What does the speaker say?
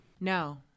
No